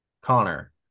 Connor